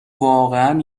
واقعا